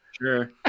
sure